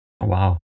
Wow